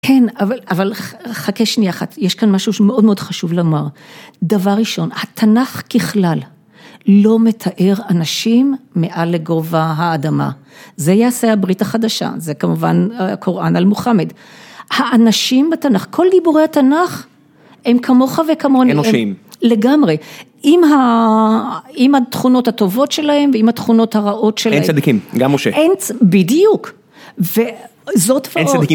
כן, אבל.אבל חכה שנייה, יש כאן משהו שמאוד מאוד חשוב לומר. דבר ראשון, התנ״ך ככלל לא מתאר אנשים מעל לגובה האדמה. זה יעשה הברית החדשה, זה כמובן הקוראן על מוחמד. האנשים בתנ״ך, כל דיבורי התנ״ך הם כמוך וכמוני. אנושיים. לגמרי. עם התכונות הטובות שלהם, ועם התכונות הרעות שלהם. אין צדיקים, גם משה. אין, בדיוק, וזאת דברות. אין צדיקים.